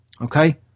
Okay